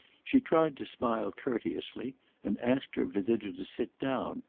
she tried to smile courteously and asked her visitor to sit down,